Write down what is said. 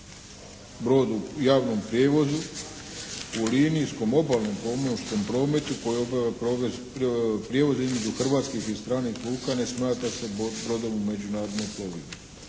brodu, javnom prijevozu u linijskom obalnom pomorskom prometu koji obavlja prijevoz između hrvatskih i stranih luka ne smatra se brodom u međunarodnoj plovidbi.